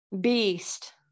beast